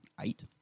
Eight